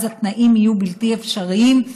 ואז התנאים יהיו בלתי אפשריים,